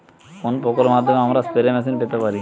কোন প্রকল্পের মাধ্যমে আমরা স্প্রে মেশিন পেতে পারি?